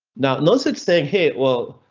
now notice it's saying here, well,